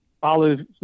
follow